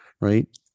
Right